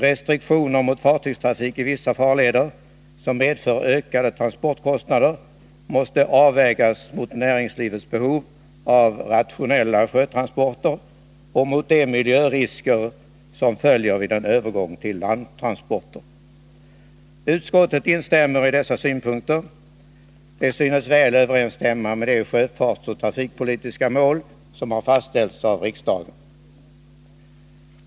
Restriktioner mot fartygstrafik i vissa farleder, som medför ökade transportkostnader, måste avvägas mot näringslivets behov av rationella sjötransporter och mot de miljörisker som följer vid en övergång till landtransporter. Utskottet instämmer i dessa synpunkter. De synes väl överensstämma med de sjöfartsoch trafikpolitiska mål som har fastställts av riksdagen.